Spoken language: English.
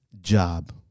job